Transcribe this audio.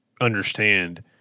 understand